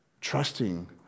Trusting